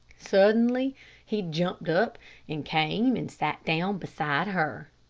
suddenly he jumped up and came and sat down beside her.